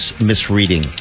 misreading